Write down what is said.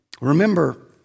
Remember